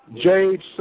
Jade